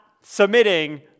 submitting